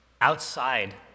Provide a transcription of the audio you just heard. Outside